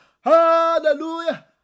Hallelujah